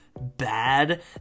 bad